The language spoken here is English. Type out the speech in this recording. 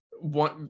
one